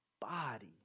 body